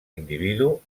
individu